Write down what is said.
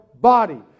body